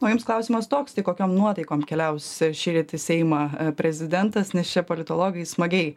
o jums klausimas toks tai kokiom nuotaikom keliaus šįryt į seimą prezidentas nes čia politologai smagiai